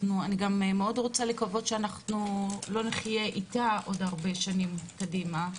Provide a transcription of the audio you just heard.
אני גם מאוד רוצה לקוות שאנחנו לא נחיה איתה עוד הרבה שנים קדימה.